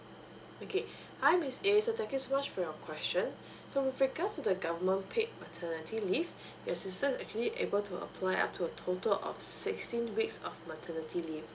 okay hi miss a so thank you so much for your question so with regards to the government paid maternity leave your sister's actually able to apply up to a total of sixteen weeks of maternity leave